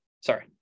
Sorry